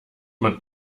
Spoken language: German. man